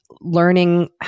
learning